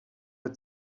had